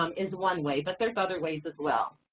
um is one way, but there's other ways, as well.